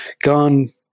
gone